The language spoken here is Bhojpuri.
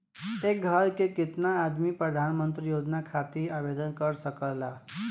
एक घर के केतना आदमी प्रधानमंत्री योजना खातिर आवेदन कर सकेला?